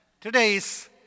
Today's